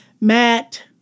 Matt